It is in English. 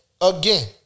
again